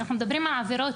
אנחנו מדברים על עבירות,